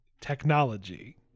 technology